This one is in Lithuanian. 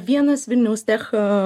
vienas vilniaus tech e